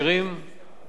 וגם על-ידי העניים.